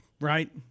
right